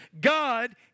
God